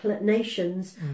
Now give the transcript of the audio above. nations